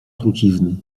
trucizny